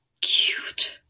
cute